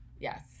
Yes